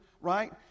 right